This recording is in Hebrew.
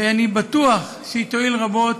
ואני בטוח שהוא תועיל רבות